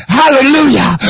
hallelujah